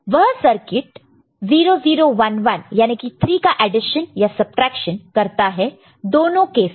वह सर्किट 0011 याने की 3 का एडिशन या सबट्रैक्शन करता है दोनों केस में